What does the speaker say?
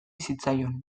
zitzaion